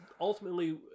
ultimately